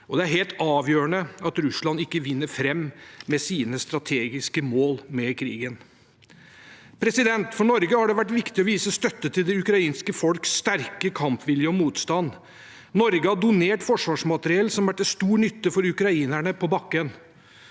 det er helt avgjørende at Russland ikke vinner fram med sine strategiske mål med krigen. For Norge har det vært viktig å vise støtte til det ukrainske folks sterke kampvilje og motstand. Norge har donert forsvarsmateriell som er til stor nytte for ukrainerne på bakken.